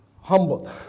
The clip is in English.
humbled